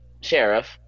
sheriff